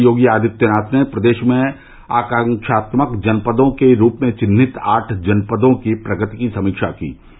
मुख्यमंत्री योगी आदित्यनाथ ने प्रदेश में आकांक्षात्मक जनपदों के रूप में चिन्हित आठ जनपदों की प्रगति की समीक्षा की